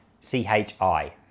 C-H-I